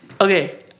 Okay